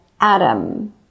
Adam